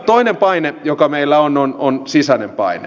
toinen paine joka meillä on on sisäinen paine